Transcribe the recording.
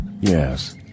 Yes